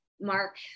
mark